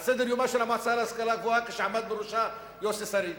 על סדר-יומה של המועצה להשכלה גבוהה כשבראשה עמד יוסי שריד.